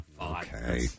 Okay